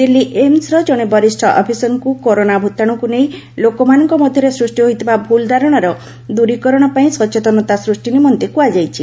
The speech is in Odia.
ଦିଲ୍ଲୀ ଏମ୍ସର ଜଣେ ବରିଷ୍ଣ ଅଫିସରଙ୍କୁ କରୋନା ଭୂତାଶୁକୁ ନେଇ ଲୋକମାନଙ୍କ ମନରେ ସୃଷ୍ଟି ହୋଇଥିବା ଭୁଲ୍ ଧାରଣାର ଦୂରୀକରଣ ପାଇଁ ସଚେତନତା ସୃଷ୍ଟି ନିମନ୍ତେ କୁହାଯାଇଛି